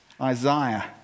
Isaiah